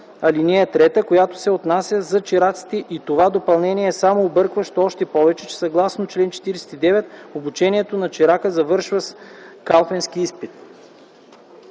ал. 3, която се отнася за чираците и това допълнение е само объркващо още повече, че съгласно чл. 49 „обучението на чирака завършва с калфенски изпит”;